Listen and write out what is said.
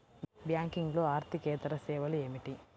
బ్యాంకింగ్లో అర్దికేతర సేవలు ఏమిటీ?